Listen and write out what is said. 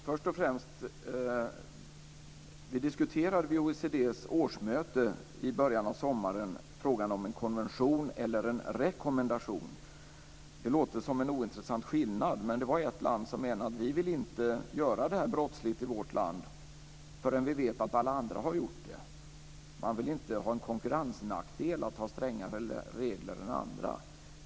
Herr talman! Vi diskuterade vid OECD:s årsmöte i början av sommaren frågan om en konvention eller en rekommendation. Det låter som en ointressant skillnad, men det var ett land som menade att man inte ville göra detta brottsligt i sitt land förrän man visste att alla andra hade gjort det. Man ville inte ha den konkurrensnackdel det kan innebära att ha strängare regler än andra.